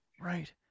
right